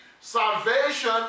salvation